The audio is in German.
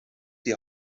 die